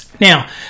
Now